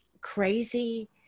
crazy